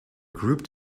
grouped